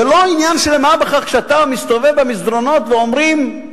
זה לא עניין של מה בכך כשאתה מסתובב במסדרונות ואומרים: